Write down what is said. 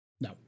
No